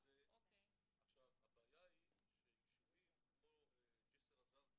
הבעיה היא שיישובים כמו ג'סר א-זרקא,